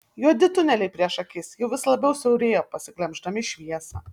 juodi tuneliai prieš akis jau vis labiau siaurėjo pasiglemždami šviesą